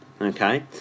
Okay